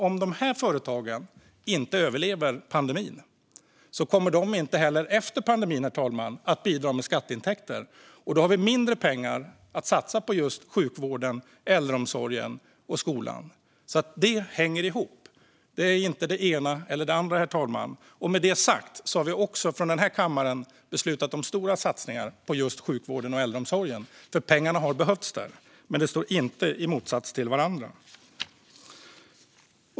Om de här företagen inte överlever pandemin kommer de inte heller efter pandemin, herr talman, att bidra med skatteintäkter. Då har vi mindre pengar att satsa på just sjukvården, äldreomsorgen och skolan. Det hänger ihop. Det är inte det ena eller det andra, herr talman. Med det sagt har vi från den här kammaren beslutat om stora satsningar på just sjukvården och äldreomsorgen, för pengarna har behövts där. Men det står inte i motsats till varandra.